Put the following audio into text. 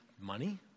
money